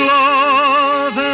love